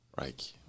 Right